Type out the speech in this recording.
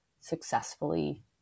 successfully